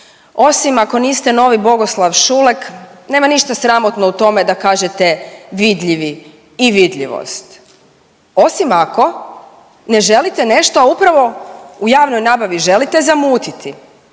Osim ako niste novi Bogoslav Šulek nema ništa sramotno u tome da kažete vidljivi i vidljivost. Osim ako ne želite nešto, a upravo u javnoj nabavi želite zamutiti.